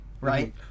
right